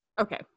Okay